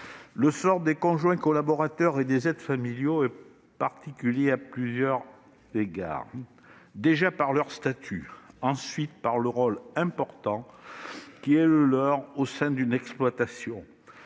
Le sort des conjoints collaborateurs et des aides familiaux est particulier à plusieurs égards : d'abord par leur statut, ensuite par le rôle important qui est le leur au sein d'une exploitation.